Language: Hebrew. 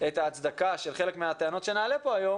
את ההצדקה של חלק מן הטענות שנעלה פה היום,